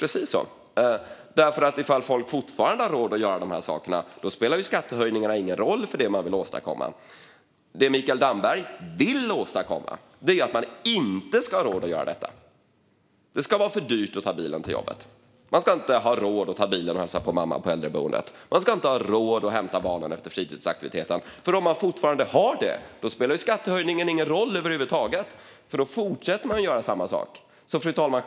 Precis så är det. Ifall folk fortfarande har råd att göra de här sakerna spelar ju skattehöjningarna ingen roll för det man vill åstadkomma. Det Mikael Damberg vill åstadkomma är att man inte ska ha råd att göra detta. Det ska vara för dyrt att ta bilen till jobbet. Man ska inte ha råd att ta bilen och hälsa på mamma på äldreboendet. Man ska inte ha råd att hämta barnen efter fritidsaktiviteten. Om man fortfarande har råd spelar ju skattehöjningen ingen roll över huvud taget, för då fortsätter man göra samma sak. Fru talman!